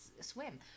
swim